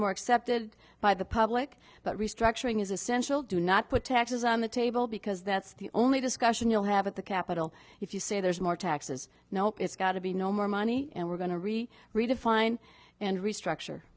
more accepted by the public but restructuring is essential do not put taxes on the table because that's the only discussion you'll have at the capital if you say there's more taxes nope it's got to be no more money and we're going to really redefine and restructure